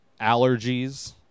allergies